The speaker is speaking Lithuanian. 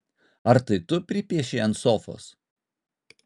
ar tai tu pripiešei ant sofos